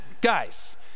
Guys